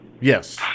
Yes